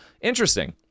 Interesting